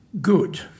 Good